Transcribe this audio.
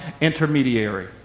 intermediary